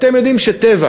אתם יודעים ש"טבע",